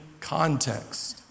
context